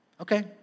okay